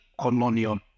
colonial